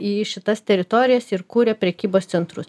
į šitas teritorijas ir kūrė prekybos centrus